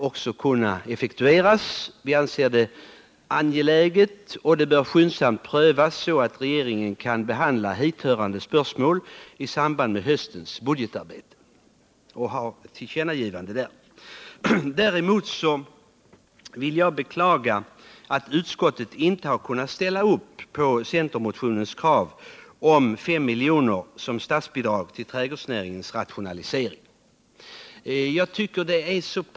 Vi anser detta vara angeläget och menar att förslaget skyndsamt bör prövas, så att regeringen kan behandla hithörande spörsmål i samband med höstens budgetarbete. Utskottet gör där ett tillkännagivande. Jag vill beklaga att utskottet inte har kunnat ställa upp på kravet på 5 miljoner i statsbidrag till trädgårdsnäringens rationalisering, som återfinns i centermotionen 2473.